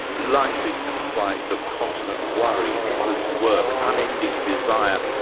life is comprised of constant worry, endless work, unending desire,